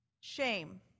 Shame